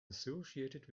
associated